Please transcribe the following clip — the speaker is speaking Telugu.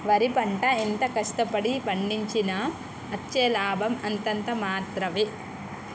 వరి పంట ఎంత కష్ట పడి పండించినా అచ్చే లాభం అంతంత మాత్రవే